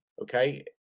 okay